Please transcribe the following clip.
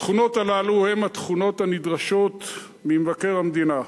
התכונות הללו הן התכונות הנדרשות ממבקר המדינה: